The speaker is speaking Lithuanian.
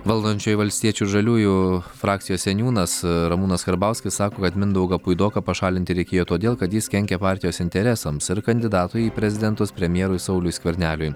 valdančiųjų valstiečių žaliųjų frakcijos seniūnas ramūnas karbauskis sako kad mindaugą puidoką pašalinti reikėjo todėl kad jis kenkia partijos interesams ir kandidatui į prezidentus premjerui sauliui skverneliui